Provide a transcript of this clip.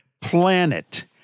Planet